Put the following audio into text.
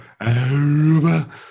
Aruba